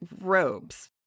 robes